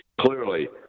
Clearly